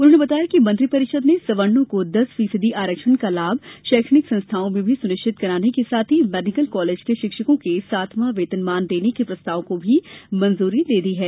उन्होंने बताया कि मंत्रि परिषद ने सवर्णों को दस प्रतिशत आरक्षण का लाभ शैक्षणिक संस्थाओं में भी सुनिश्चित कराने के साथ ही मेडिकल कॉलेज के शिक्षकों के सातवां वेतनमान देने के प्रस्ताव को भी मंजूरी दे दी है